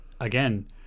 again